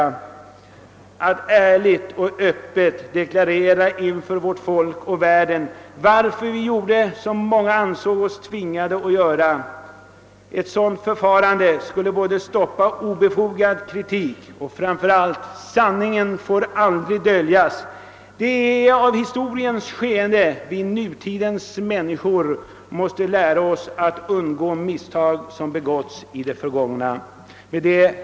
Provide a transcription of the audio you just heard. Vi måste ärligt och öppet deklarera inför vårt folk och världen varför vi giorde som många ansåg oss tvingade att göra. Ett sådant klarläggande skulle stoppa obefogad kritik, men framför allt visa sanningen, som aldrig får döljas. Vi nutidsmänniskor måste lära oss av historiens skeende för att i framtiden kunna undvika sådana misstag som en gång begåtts i det förgångna. Herr talman!